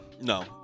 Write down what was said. no